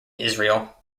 israel